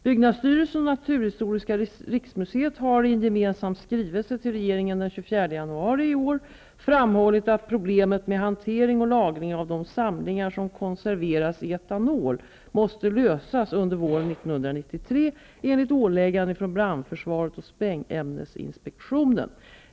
Byggnadsstyrelsen och Naturhistoriska riksmuseet har i en gemensam ski velse till regeringen den 24 januari i år framhållit att problemet med hante ring och lagring av de samlingar som konserveras i etanol måste lösas under våren 1993 enligt åligganden från brandförsvaret och sprängämnesinspektio nen.